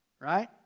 right